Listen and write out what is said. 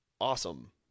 awesome